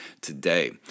today